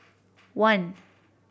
one